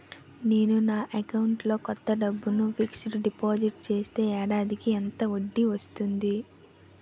నేను నా అకౌంట్ లో కొంత డబ్బును ఫిక్సడ్ డెపోసిట్ చేస్తే ఏడాదికి ఎంత వడ్డీ వస్తుంది?